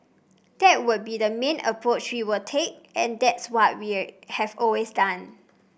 that would be the main approach we would take and that's what we have always done